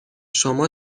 شما